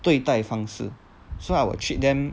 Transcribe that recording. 对待方式 so I will treat them